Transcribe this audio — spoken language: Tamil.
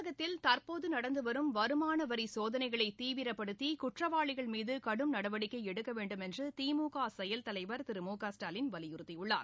தமிழகத்தில் தற்போது நடந்துவரும் வருமான வரி சோதனைகளை தீவிரப்படுத்தி குற்றவாளிகள் மீது கடும் நடவடிக்கை எடுக்கவேண்டுமென்று திமுக செயல் தலைவர் திரு மு கடல்டாலின் வலியுறுத்தியுள்ளார்